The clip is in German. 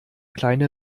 kleine